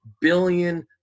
billion